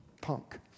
punk